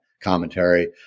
commentary